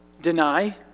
Deny